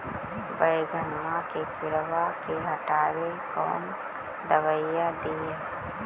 बैगनमा के किड़बा के हटाबे कौन दवाई दीए?